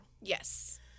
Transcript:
Yes